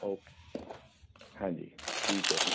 okay हाँ जी ठीक है सर